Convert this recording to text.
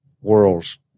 world's